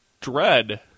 Dread